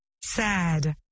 sad